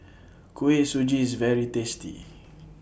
Kuih Suji IS very tasty